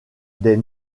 des